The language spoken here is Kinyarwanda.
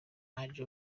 angel